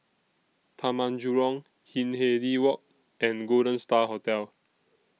Taman Jurong Hindhede Walk and Golden STAR Hotel